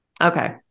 Okay